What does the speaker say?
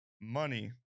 money